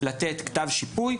לתת כתב שיפוי,